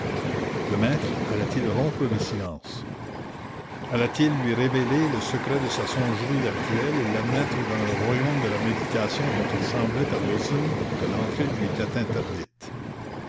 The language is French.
le maître allait-il rompre le silence allait-il lui révéler le secret de sa songerie actuelle et l'admettre dans le royaume de la méditation dont il semblait à wilson que l'entrée lui était interdite